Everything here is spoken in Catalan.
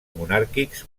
monàrquics